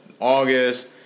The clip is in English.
August